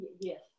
Yes